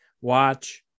watch